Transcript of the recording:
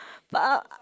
but